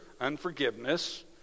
unforgiveness